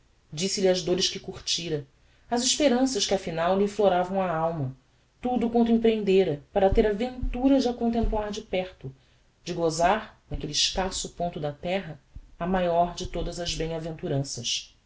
primeiro disse-lhe as dores que curtira as esperanças que afinal lhe enfloravam a alma tudo quanto emprehendêra para ler a ventura de a contemplar de perto de gozar naquelle escasso ponto da terra a maior de todas as